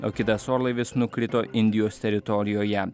o kitas orlaivis nukrito indijos teritorijoje